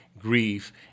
grief